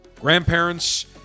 grandparents